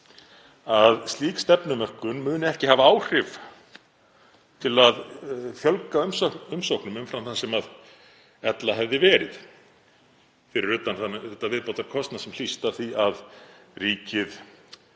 að slík stefnumörkun muni ekki hafa áhrif til að fjölga umsóknum umfram það sem ella hefði verið, fyrir utan þann viðbótarkostnað sem hlýst af því að ríkið